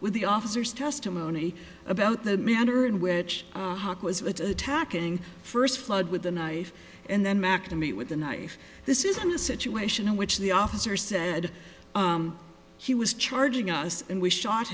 with the officers testimony about the manner in which was attacking first flood with a knife and then mack to meet with the knife this isn't a situation in which the officer said he was charging us and we shot